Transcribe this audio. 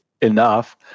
enough